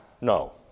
No